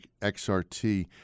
XRT